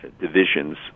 divisions